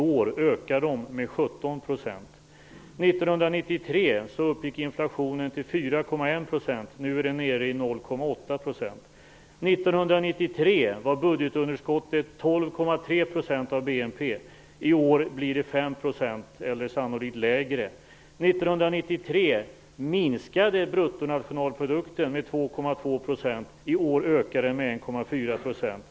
År 1993 uppgick inflationen till 4,1 %. Nu är den nere i 0,8 %. År 1993 var budgetunderskottet 12,3 % av BNP. I år blir det 5 % eller sannolikt lägre. År 1993 minskade bruttonationalprodukten med 2,2 %. I år ökar den med 1,4 %.